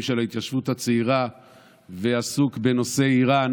של ההתיישבות הצעירה ועסוק בנושאי איראן